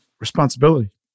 Responsibility